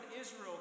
Israel